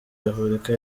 repubulika